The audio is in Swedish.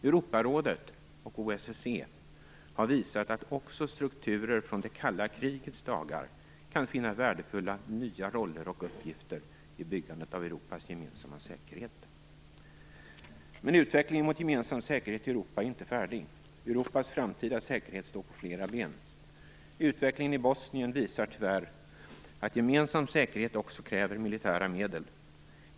Europarådet och OSSE har visat att också strukturer från det kalla krigets dagar kan finna värdefulla nya roller och uppgifter i byggandet av Europas gemensamma säkerhet. Men utvecklingen mot gemensam säkerhet i Europa är inte färdig. Europas framtida säkerhet står på flera ben. Utvecklingen i Bosnien visar tyvärr att gemensam säkerhet också kräver militära medel.